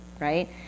right